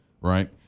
right